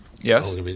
Yes